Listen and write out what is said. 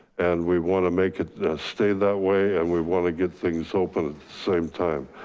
and we want to make it stay that way. and we want to get things open at the same time.